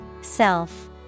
Self